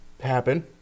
happen